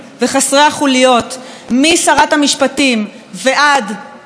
משרת המשפטים ועד השר לביטחון פנים,